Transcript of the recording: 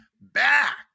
back